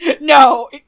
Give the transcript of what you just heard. No